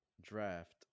draft